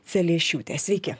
celiešiūtė sveiki